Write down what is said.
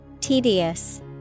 Tedious